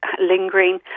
lingering